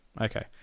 okay